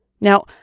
Now